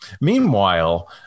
Meanwhile